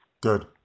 Good